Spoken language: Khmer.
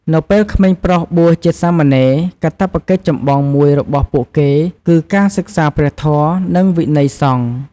នៅពេលក្មេងប្រុសបួសជាសាមណេរ កាតព្វកិច្ចចម្បងមួយរបស់ពួកគេគឺ ការសិក្សាព្រះធម៌ និងវិន័យសង្ឃ។